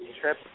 trip